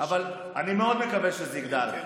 אני מאוד מקווה שזה יגדל.